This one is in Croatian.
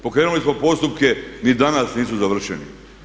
Pokrenuli smo postupke, ni danas nisu završeni.